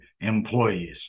employees